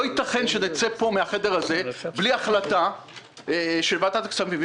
לא יתכן שנצא פה מהחדר הזה בלי החלטה של ועדת הכספים.